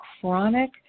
chronic